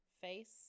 face